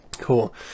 Cool